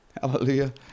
Hallelujah